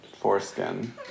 foreskin